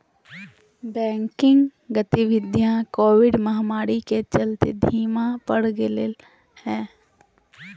banking गतिवीधियां Covid महामारी के चलते धीमा पड़ गेले हें